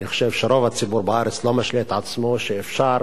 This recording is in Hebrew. אני חושב שרוב הציבור בארץ לא משלה את עצמו, שאפשר